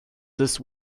this